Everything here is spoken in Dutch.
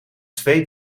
twee